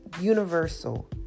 universal